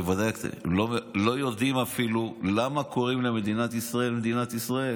לא יודעים אפילו למה קוראים למדינת ישראל מדינת ישראל.